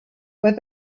where